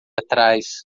atrás